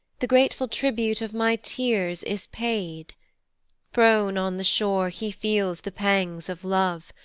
the grateful tribute of my tears is paid prone on the shore he feels the pangs of love,